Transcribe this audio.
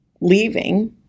leaving